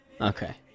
Okay